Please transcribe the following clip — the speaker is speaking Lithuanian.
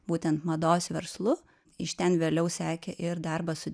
būtent mados verslu iš ten vėliau sekė ir darbas su